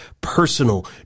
personal